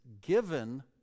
given